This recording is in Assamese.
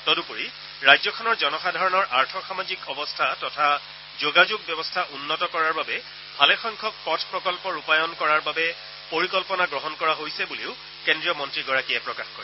তদুপৰি ৰাজ্যখনৰ জনসাধাৰণৰ আৰ্থ সামাজিক অৱস্থা তথা যোগাযোগ ব্যৱস্থা উন্নত কৰাৰ বাবে ভালেসংখ্যক পথ প্ৰকন্ন ৰূপায়ণ কৰাৰ বাবে পৰিকল্পনা গ্ৰহণ কৰা হৈছে বুলিও কেন্দ্ৰীয় মন্ত্ৰীগৰাকীয়ে প্ৰকাশ কৰে